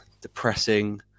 depressing